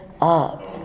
up